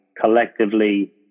collectively